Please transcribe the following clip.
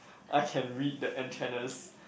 I can read the atennas